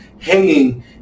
hanging